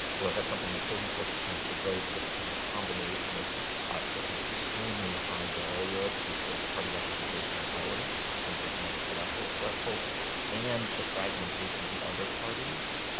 where it got something like thirty four percent of the votes, but because of a combination of turkey's extremely high barrier to political party representation in parliament it's a ten percent electoral threshold and the fragmentation of the other parties,